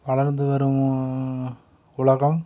வளர்ந்து வரும் உலகம்